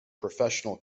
professional